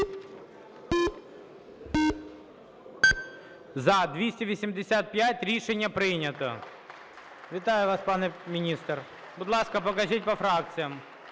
За-285 Рішення прийнято. Вітаю вас, пане міністре. (Оплески) Будь ласка, покажіть по фракціях.